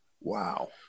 Wow